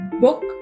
book